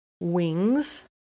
wings